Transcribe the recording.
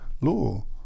law